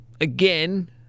again